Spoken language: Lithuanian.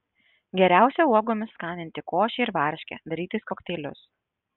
geriausia uogomis skaninti košę ir varškę darytis kokteilius